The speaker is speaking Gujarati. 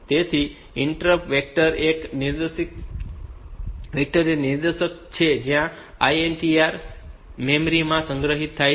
તેથી ઇન્ટરપ્ટ વેક્ટર એ એક નિર્દેશક છે જ્યાં ISR મેમરી માં સંગ્રહિત થાય છે